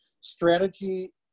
strategy